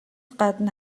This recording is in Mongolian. гадна